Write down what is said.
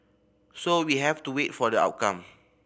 so we have to wait for the outcome